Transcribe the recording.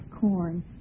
corn